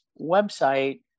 website